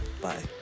Bye